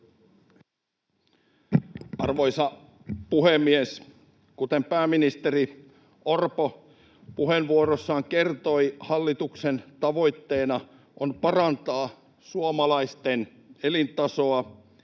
Arvoisa puhemies! Kuten pääministeri Orpo puheenvuorossaan kertoi, hallituksen tavoitteena on parantaa suomalaisten elintasoa,